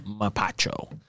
mapacho